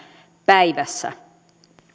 päivässä